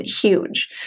huge